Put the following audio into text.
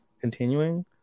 continuing